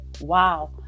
Wow